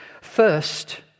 First